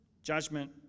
Judgment